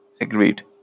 Agreed